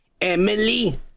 emily